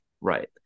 Right